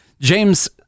James